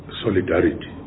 solidarity